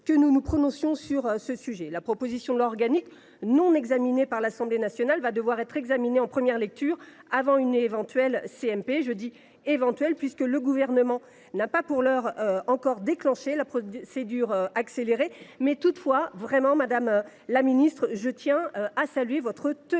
que nous nous prononcions sur ce sujet. La proposition de loi organique, non encore examinée par l’Assemblée nationale, va devoir l’être en première lecture, avant une éventuelle CMP. Je dis « éventuelle », puisque le Gouvernement n’a pour l’heure toujours pas déclenché la procédure accélérée. Pour autant, madame la ministre, je tiens à saluer votre ténacité